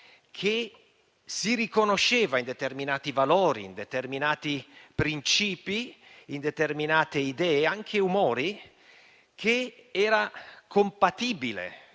che si riconosceva in determinati valori, in determinati principi, in determinate idee e anche umori, che era compatibile